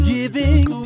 Giving